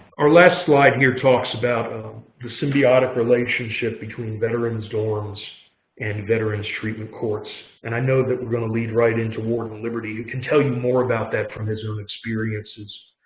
our last slide here talks about ah the symbiotic relationship between veterans dorms and veterans treatment courts. and i know that we're going to lead right into warden liberty who can tell you more about that from his own experiences.